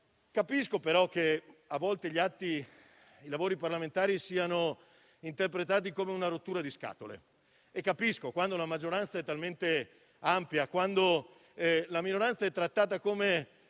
Capisco però che, a volte, i lavori parlamentari siano interpretati come una rottura di scatole e capisco che, quando la maggioranza è talmente ampia, la minoranza è trattata come